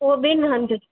उहो ॿिनि हंधि